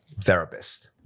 therapist